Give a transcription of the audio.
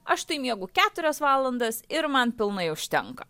aš tai miegu keturias valandas ir man pilnai užtenka